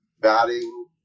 batting